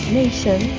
nation